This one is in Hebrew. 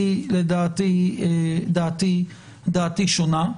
דעתי שונה.